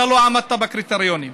אתה לא עמדת בקריטריונים.